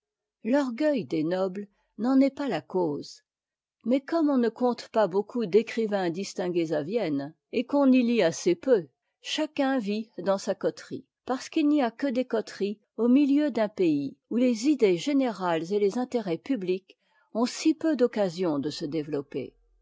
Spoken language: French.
l'orgueil des nobles n'en est pas la cause mais comme on ne compte pas beaucoup d'écrivains distingués à vienne et qu'on y lit assez peu chacun vit dans sa coterie parce qu'il n'y a que des coteries au milieu d'un pays où les idées générales et les intérêts publics ont si peu d'occasion de se développer